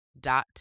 dot